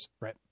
Right